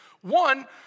One